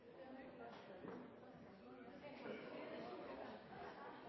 Det har